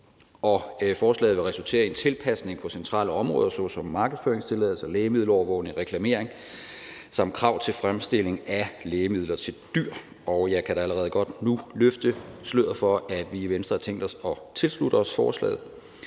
Forslaget vil resultere i en tilpasning på centrale områder såsom markedsføringstilladelse, lægemiddelovervågning, reklamering samt krav til fremstilling af lægemidler til dyr. Og jeg kan da allerede godt nu løfte sløret for, at vi i Venstre har tænkt os at tilslutte os forslaget.